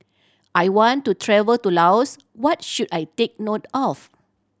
I want to travel to Laos what should I take note of